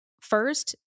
first